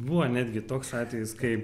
buvo netgi toks atvejis kai